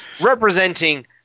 representing